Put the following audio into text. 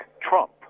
Trump